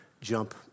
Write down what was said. jump